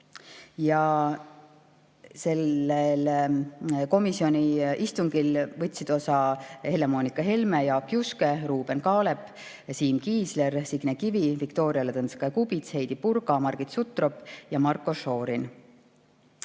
Sellest komisjoni istungist võtsid osa Helle-Moonika Helme, Jaak Juske, Ruuben Kaalep, Siim Kiisler, Signe Kivi, Viktoria Ladõnskaja-Kubits, Heidy Purga, Margit Sutrop ja Marko Šorin.